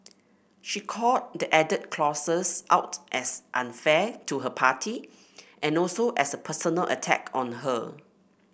she called the added clauses out as unfair to her party and also as a personal attack on her